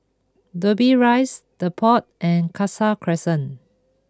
Dobbie Rise the Pod and Khalsa Crescent